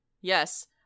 Yes